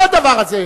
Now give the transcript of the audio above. מה זה הדבר הזה?